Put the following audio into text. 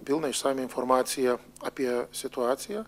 pilną išsamią informaciją apie situaciją